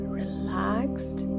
relaxed